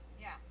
Yes